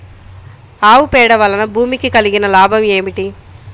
ఆవు పేడ వలన భూమికి కలిగిన లాభం ఏమిటి?